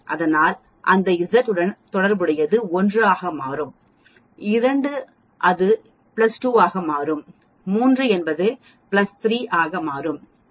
அதனால் அந்த Z உடன் தொடர்புடையது 1 ஆக மாறும் 2 அது 2 ஆக மாறும் 3 என்பது 3 ஆக மாறும்